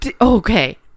okay